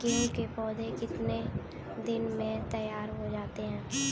गेहूँ के पौधे कितने दिन में तैयार हो जाते हैं?